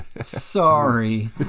sorry